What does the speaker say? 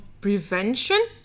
prevention